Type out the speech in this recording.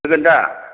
होगोन दा